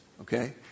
Okay